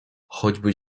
choćby